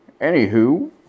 Anywho